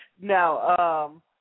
Now